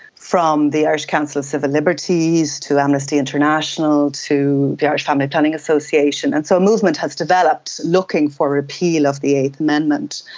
from the irish council of civil liberties to amnesty international to the irish family planning association. and so movement has developed looking for repeal of the eighth amendment.